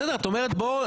בסדר את אומרת בוא,